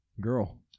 Girl